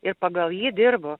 ir pagal jį dirbu